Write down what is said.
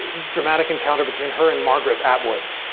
dramatic encounter between her and margaret atwood.